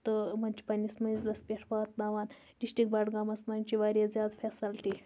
تہٕ یِمَن چھِ پنٛنِس مٔنٛزلَس پٮ۪ٹھ واتناوان ڈِسٹرٛک بَڈگامَس منٛز چھِ واریاہ زیادٕ فیسَلٹی